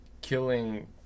killing